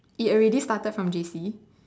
it already started from J_C